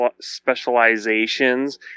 specializations